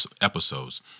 episodes